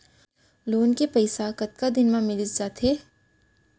Loan के पइसा कतका दिन मा मिलिस जाथे?